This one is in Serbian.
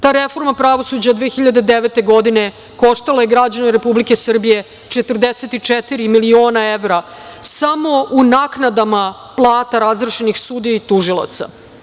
Ta reforma pravosuđa 2009. godine koštala je građane Republike Srbije 44 miliona evra, samo u naknadama plata razrešenih sudija i tužilaca.